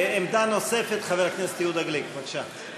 עמדה נוספת, חבר הכנסת יהודה גליק, בבקשה.